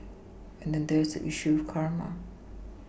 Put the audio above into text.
and then there is the issue of karma